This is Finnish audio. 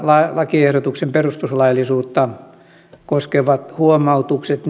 lakiehdotuksen perustuslaillisuutta koskevat huomautukset